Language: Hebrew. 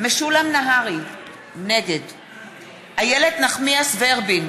משולם נהרי, נגד איילת נחמיאס ורבין,